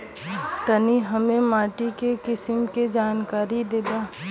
तनि हमें माटी के किसीम के जानकारी देबा?